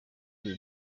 bye